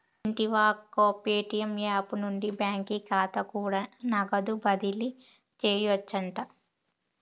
వింటివా అక్కో, Paytm app నుండి బాకీ కాతా కూడా నగదు బదిలీ సేయొచ్చంట